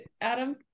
Adam